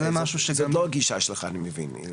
זאת לא הגישה שלך אני מבין.